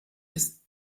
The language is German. ist